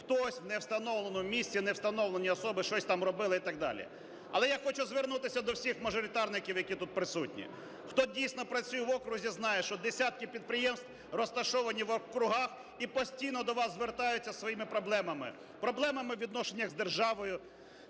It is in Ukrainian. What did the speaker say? Хтось, у невстановленому місці невстановлені особи щось там робили і так далі. Але я хочу звернутися до всіх мажоритарників, які тут присутні. Хто дійсно працює в окрузі, знає, що десятки підприємств розташовані в округах і постійно до вас звертаються зі своїми проблемами. Проблемами у відносинах із державою,